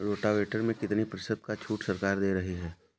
Rotavator में कितनी प्रतिशत का छूट सरकार दे रही है?